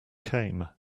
came